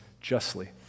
justly